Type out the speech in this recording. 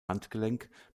handgelenk